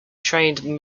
trained